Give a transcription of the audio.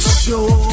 show